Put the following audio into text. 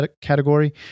category